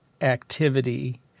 activity